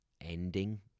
ending